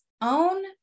own